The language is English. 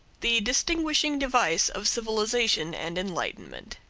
the distinguishing device of civilization and enlightenment.